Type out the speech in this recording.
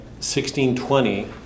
1620